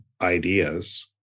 ideas